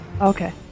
Okay